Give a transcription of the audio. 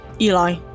Eli